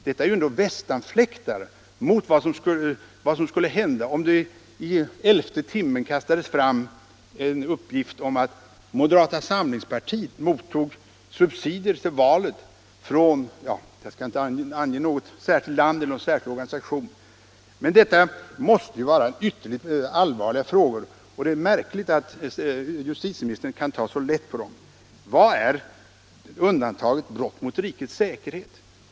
Detta är Nr 23 västanfläktar mot vad som skulle hända om det i elfte timmen kastades Tisdagen den fram en uppgift om att moderata samlingspartiet tog emot subsidier till 18 november 1975 valet från något bestämt land eller någon bestämd organisation. gta ok Detta måste vara ytterligt allvarliga frågor, och det är märkligt att - Om skyldighet för justitieministern kan ta så lätt på dem. Vad menas med orden ”undan = politiskt parti att taget brott mot rikets säkerhet”?